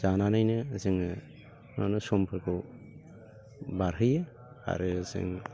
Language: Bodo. जानानैनो जोङो मानो समफोरखौ बारहोयो आरो जों